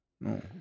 no